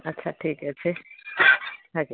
ଆଚ୍ଛା ଠିକ୍ ଅଛି ଆଜ୍ଞା